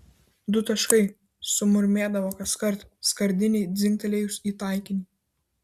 du taškai sumurmėdavo kaskart skardinei dzingtelėjus į taikinį